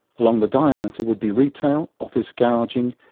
along the diameter would be retail, office, garaging,